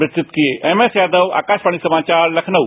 बवितरित किए एमएस यादव आकाशवाणी समाचार लखनऊ